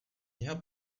kniha